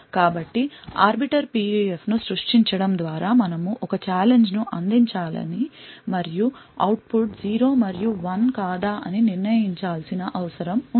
కాబట్టి ఆర్బిటర్ PUFను సృష్టించడం ద్వారా మనము ఒక ఛాలెంజ్ ను అందించాలి మరియు అవుట్పుట్ 0 మరియు 1 కాదా అని నిర్ణయించాల్సిన అవసరం ఉంది